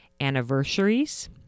anniversaries